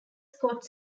scott